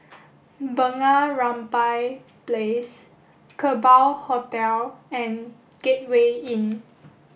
Bunga Rampai Place Kerbau Hotel and Gateway Inn